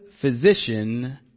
physician